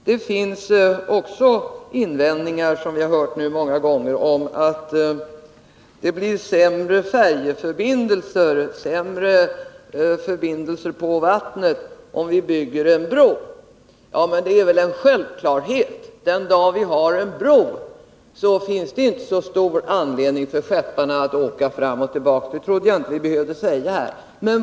Det finns också invändningar som vi nu har hört många gånger och som går ut på att det blir sämre färjeförbindelser, sämre förbindelser på vattnet, om vi bygger en bro. Men det är väl en självklarhet att den dag vi har en bro, finns det inte så stor anledning för skepparna att åka fram och tillbaka. Det trodde Nr 66 jaginte att vi behövde säga.